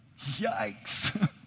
Yikes